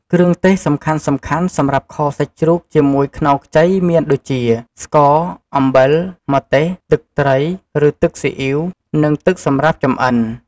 គ្រឿងទេសសំខាន់ៗសម្រាប់ខសាច់ជ្រូកជាមួយខ្នុរខ្ចីមានដូចជា ស្ករ អំបិល ម្ទេស ទឹកត្រី ឬទឹកស៊ីអ៉ីវ និង ទឹកសម្រាប់ចម្អិន។